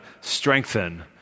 strengthen